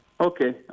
Okay